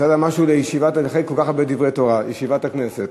אחרי כל כך הרבה דברי תורה, "ישיבת הכנסת".